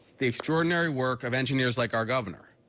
the extraordinary work of engineers like our governor,